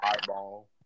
eyeball